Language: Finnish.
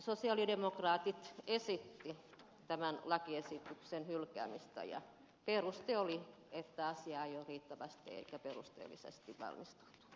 sosialidemokraatit esittivät tämän lakiesityksen hylkäämistä ja peruste oli että asiaa ei ole riittävästi eikä perusteellisesti valmisteltu